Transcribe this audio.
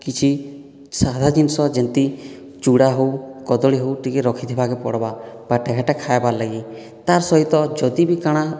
କିଛି ସାଧା ଜିନିଷ ଯେନ୍ତି ଚୁଡ଼ା ହେଉ କଦଳୀ ହେଉ ଟିକେ ରଖିଥିବାକେ ପଡ଼୍ବା ବାଟେ ଘାଟେ ଖାଇବାର୍ ଲାଗି ତାର୍ ସହିତ ଯଦିବି କାଣା